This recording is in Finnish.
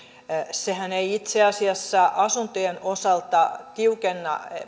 sehän ei itse asiassa asuntojen osalta tiukenna